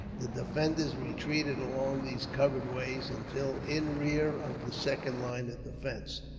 the defenders retreated along these covered ways until in rear of the second line of defence.